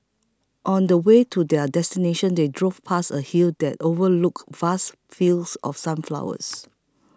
on the way to their destination they drove past a hill that overlooked vast fields of sunflowers